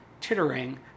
tittering